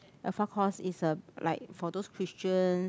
alpha course is a like for those Christians